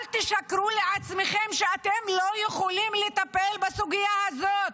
אל תשקרו לעצמכם שאתם לא יכולים לטפל בסוגיה הזאת.